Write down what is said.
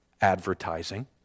Advertising